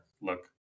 look